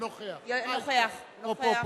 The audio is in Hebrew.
אינו נוכח פניה קירשנבאום,